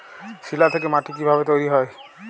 শিলা থেকে মাটি কিভাবে তৈরী হয়?